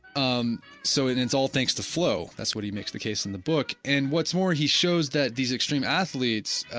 um so, it's all thanks to flow, that's what he makes the case in the book and what's more he shows that these extreme athletes